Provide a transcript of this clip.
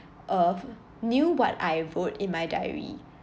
err knew what I wrote in my diary